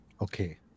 okay